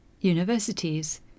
universities